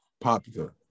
popular